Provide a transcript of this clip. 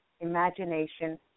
imagination